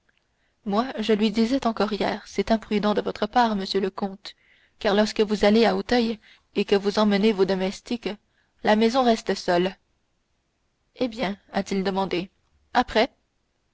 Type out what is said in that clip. moi je lui disais encore hier c'est imprudent de votre part monsieur le comte car lorsque vous allez à auteuil et que vous emmenez vos domestiques la maison reste seule eh bien a-t-il démandé après